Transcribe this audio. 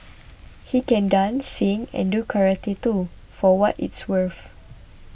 he can dance sing and do karate too for what it's worth